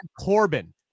Corbin